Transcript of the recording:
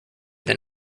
than